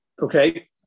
Okay